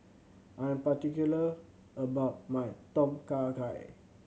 I am particular about my Tom Kha Gai